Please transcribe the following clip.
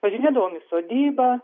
važinėdavome į sodybą